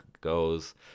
goes